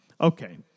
Okay